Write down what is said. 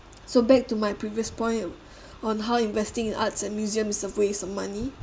so back to my previous point on how investing in arts and museums a waste of money